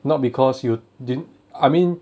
not because you didn't I mean